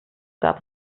gab